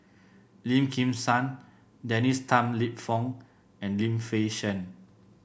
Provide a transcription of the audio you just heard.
Lim Kim San Dennis Tan Lip Fong and Lim Fei Shen